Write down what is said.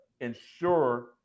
ensure